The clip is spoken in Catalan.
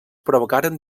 provocaren